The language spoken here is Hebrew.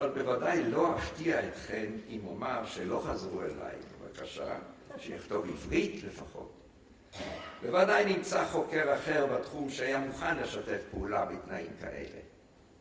אבל בוודאי לא אפתיע אתכם אם אומר שלא חזרו אליי בבקשה שיכתוב עברית לפחות. בוודאי נמצא חוקר אחר בתחום שהיה מוכן לשתף פעולה בתנאים כאלה.